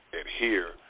adhere